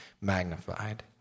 magnified